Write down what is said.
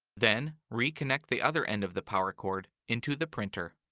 then, reconnect the other end of the power cord into the printer.